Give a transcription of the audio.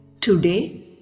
Today